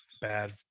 bad